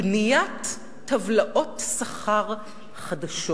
בניית טבלאות שכר חדשות,